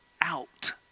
out